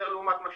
מאז